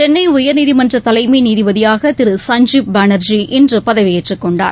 சென்னை உயர்நீதிமன்ற தலைமை நீதிபதியாக திரு சஞ்சீப் பானர்ஜி இன்று பதவியேற்றுக் கொண்டார்